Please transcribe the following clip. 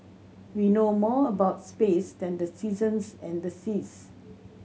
we know more about space than the seasons and the seas